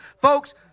Folks